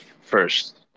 first